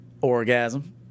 orgasm